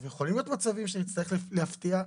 אבל יכולים להיות מצבים שנצטרך להפתיע,